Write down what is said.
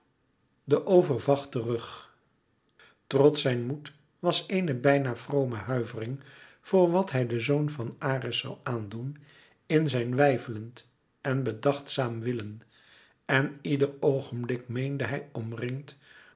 wegende over de overvachten rug trots zijn moed was eene bijna vrome huivering voor wat hij den zoon van ares zoû aan doen in zijn weifelend en bedachtzaam willen en ieder oogenblik meende hij omringd